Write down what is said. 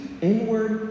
inward